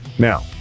Now